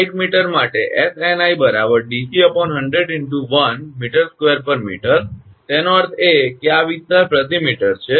1 metre માટે 𝑆𝑛𝑖 𝑑𝑐100 × 1 𝑚2 𝑚 તેનો અર્થ એ કે આ વિસ્તાર પ્રતિ મીટર છે